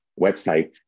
website